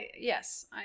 Yes